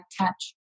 touch